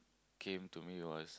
came to me was